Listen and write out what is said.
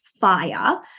fire